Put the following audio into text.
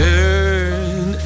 Turn